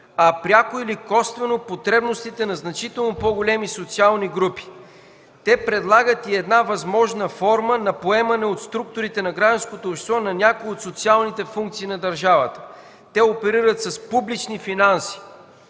а пряко или косвено потребностите на значително по-големи социални групи. Те предлагат и една възможна форма на поемане от структурите на гражданското общество някои от социалните функции на държавата. Те оперират с публични финанси.